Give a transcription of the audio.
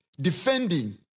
defending